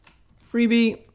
freebie,